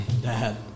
dad